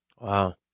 Wow